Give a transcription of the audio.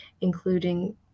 including